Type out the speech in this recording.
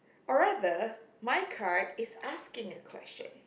alright the my card is asking a question